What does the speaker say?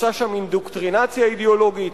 עושה שם אינדוקטרינציה אידיאולוגית,